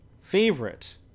favorite